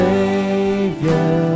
Savior